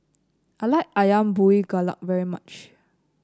I like ayam Buah Keluak very much